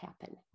happen